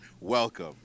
welcome